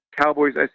Cowboys